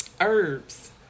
herbs